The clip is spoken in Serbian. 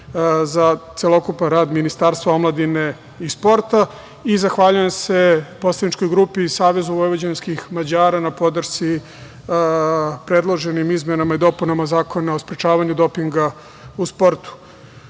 za celokupan rad Ministarstva omladine i sporta. Zahvaljujem se Poslaničkoj grupi Savezu vojvođanskih Mađara na podršci predloženim izmenama i dopunama Zakona o sprečavanju dopinga u sportu. Uvažena